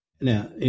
Now